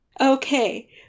Okay